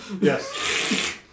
Yes